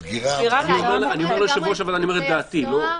אתה צודק,